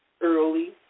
early